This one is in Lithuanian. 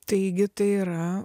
taigi tai yra